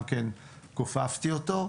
גם כן כופפתי אותו.